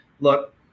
look